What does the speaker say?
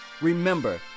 Remember